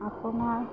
আপোনাৰ